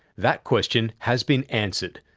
that question has been answered,